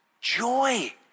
joy